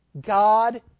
God